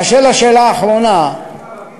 באשר לשאלה האחרונה, ילדים ערבים